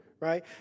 right